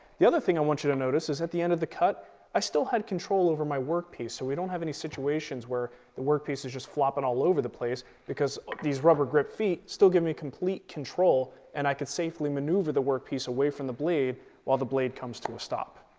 the other thing i want you to notice is at the end of the cut i still had control over my work piece so we don't have any situations where the work piece is just flopping all over the place because like these rubber grip feet still give me complete control and i can safely maneuver the work piece away from the blade while the blade comes to a stop.